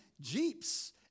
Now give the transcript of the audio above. Jeeps